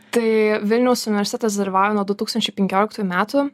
tai vilniaus universitetas dalyvauja nuo du tūkstančiai penkioliktųjų metų